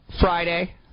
Friday